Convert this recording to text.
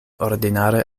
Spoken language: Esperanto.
ordinare